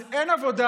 אז אין עבודה,